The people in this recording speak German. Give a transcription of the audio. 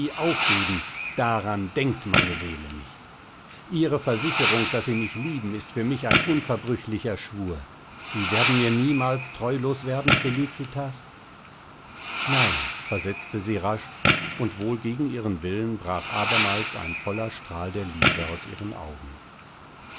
aufgeben daran denkt meine seele nicht ihre versicherung daß sie mich lieben ist für mich ein unverbrüchlicher schwur sie werden mir niemals treulos werden felicitas nein versetzte sie rasch und wohl gegen ihren willen brach abermals ein voller strahl der liebe aus ihren augen